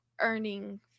earning